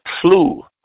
clue